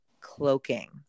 cloaking